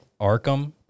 Arkham